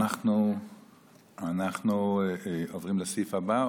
אנחנו עוברים לסעיף הבא,